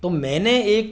तो मैंने एक